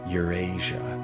Eurasia